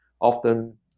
often